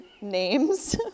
names